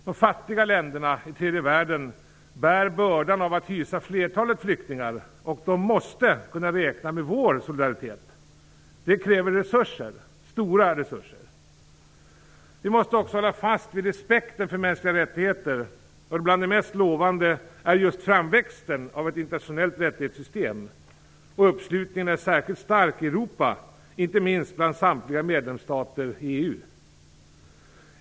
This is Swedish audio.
De fattiga länderna i tredje världen bär bördan av att hysa flertalet flyktingar, och de måste kunna räkna med vår solidaritet. Det kräver resurser, stora resurser. Vi måste också hålla fast vid respekten för mänskliga rättigheter. Bland det mest lovande är just framväxten av ett internationellt rättighetssystem, och uppslutningen är särskilt stark i Europa, inte minst bland samtliga medlemsstater i EU.